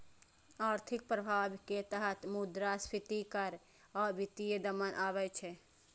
आर्थिक प्रभाव के तहत मुद्रास्फीति कर आ वित्तीय दमन आबै छै